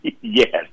Yes